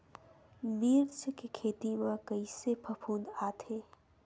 मिर्च के खेती म कइसे फफूंद आथे?